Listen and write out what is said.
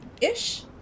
ish